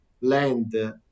land